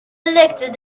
elected